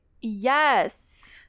Yes